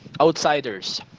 outsiders